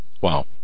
Wow